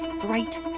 bright